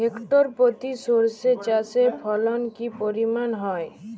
Hectare প্রতি সর্ষে চাষের ফলন কি পরিমাণ হয়?